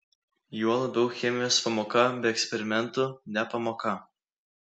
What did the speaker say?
juo labiau chemijos pamoka be eksperimentų ne pamoka